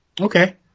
Okay